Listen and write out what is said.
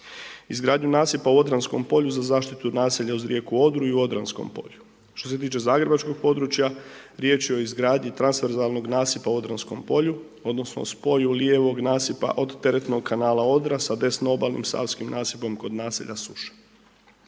Izgradnju nasipa u Odranskom polju za zaštitu naselja uz rijeku Odru i u Odranskom polju. Što se tiče zagrebačkog područja riječ je o izgradnji transverzalnog nasipa u Odranskom polju odnosno spoju lijevog nasipa od teretnog kanala Odra sa desno obalnim savskim nasipom kod naselja Suša.